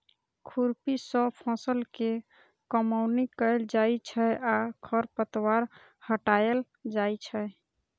खुरपी सं फसल के कमौनी कैल जाइ छै आ खरपतवार हटाएल जाइ छै